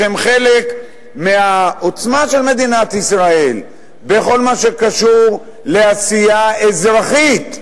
שהם חלק מהעוצמה של מדינת ישראל בכל מה שקשור לעשייה אזרחית,